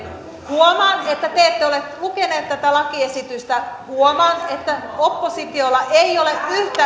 huomaan että te ette ole lukeneet tätä lakiesitystä huomaan että oppositiolla ei ole yhtä